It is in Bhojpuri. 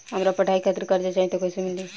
हमरा पढ़ाई खातिर कर्जा चाही त कैसे मिली?